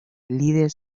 líder